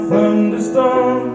Thunderstorm